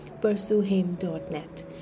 pursuehim.net